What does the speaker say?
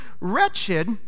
Wretched